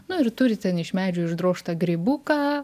nu ir turi ten iš medžio išdrožtą grybuką